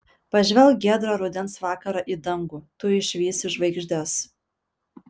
pažvelk giedrą rudens vakarą į dangų tu išvysi žvaigždes